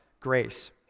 grace